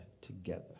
together